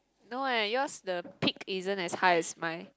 no eh yours the peak isn't as high as mine